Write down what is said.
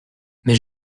mais